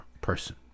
person